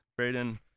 Brayden